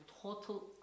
total